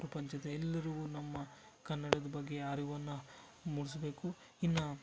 ಪ್ರಪಂಚದ ಎಲ್ಲರಿಗೂ ನಮ್ಮ ಕನ್ನಡದ ಬಗ್ಗೆ ಅರಿವನ್ನು ಮೂಡಿಸ್ಬೇಕು ಇನ್ನು